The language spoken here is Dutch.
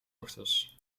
ochtends